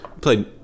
played